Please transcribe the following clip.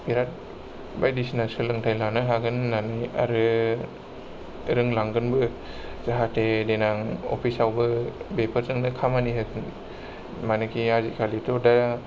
बिराट बायदिसिना सोलोंथाइ लानो हागोन होननानै आरो रोंलांगोनबो जाहाथे देनां अफिसावबो बेफोरजोंनो खामानि मानेकि आजिकालिथ' दा